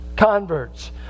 converts